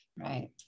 Right